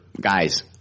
Guys